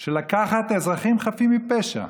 של לקחת אזרחים חפים מפשע,